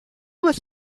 was